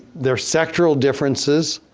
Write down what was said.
they're sectoral differences.